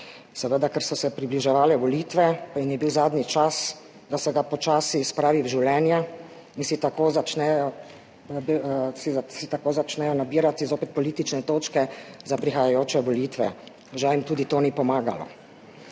seveda, ker so se približevale volitve in je bil zadnji čas, da se ga počasi spravi v življenje in si tako zopet začnejo nabirati politične točke za prihajajoče volitve. Žal jim tudi to ni pomagalo.